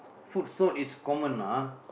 food sold is common lah